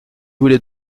voulez